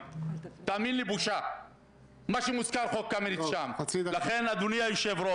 שלושה חברים זכות וטו.